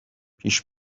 پیش